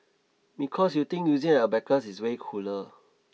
because you think using an abacus is way cooler